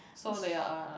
so they are